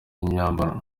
imyambaro